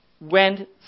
went